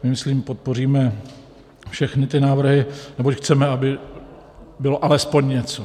Myslím, podpoříme všechny ty návrhy, neboť chceme, aby bylo alespoň něco.